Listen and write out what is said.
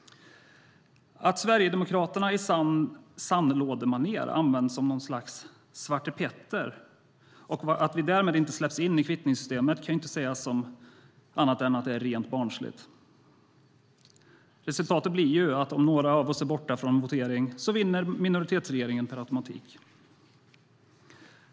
Att Sverigedemokraterna på sant sandlådemaner används som något slags svartepetter och inte släpps in i kvittningssystemet kan inte sägas vara något annat än rent barnsligt. Resultatet blir ju att om några av oss är borta från voteringen så vinner minoritetsregeringen per automatik.